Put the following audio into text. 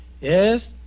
Yes